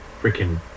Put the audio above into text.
freaking